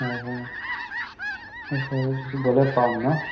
হয় হয় গ'লে পাম ন